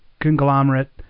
conglomerate